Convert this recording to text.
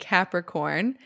Capricorn